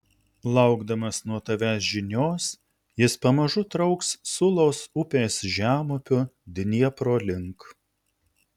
laukdamas nuo tavęs žinios jis pamažu trauks sulos upės žemupiu dniepro link